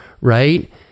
right